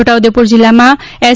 છોટાઉદેપુર જિલ્લામાં એસ